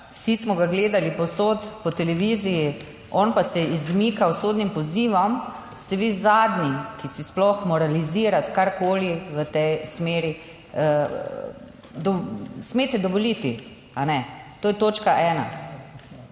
vsi smo ga gledali povsod po televiziji, on pa se je izmikal sodnim pozivom, ste vi zadnji, ki si sploh moralizirati karkoli v tej smeri smete dovoliti, a ne. To je točka ena.